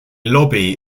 lobby